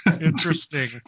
interesting